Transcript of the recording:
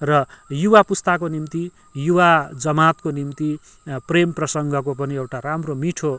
र युवा पुस्ताको निम्ति युवा जमातको निम्ति प्रेम प्रसङ्गको पनि एउटा राम्रो मिठो